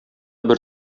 бер